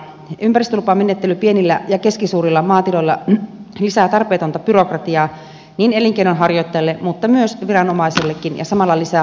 ympäristölupamenettely pienillä ja keskisuurilla maatiloilla lisää tarpeetonta byrokratiaa niin elinkeinonharjoittajalle kuin myös viranomaisillekin ja samalla lisää hallinnollista taakkaa